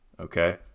Okay